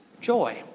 joy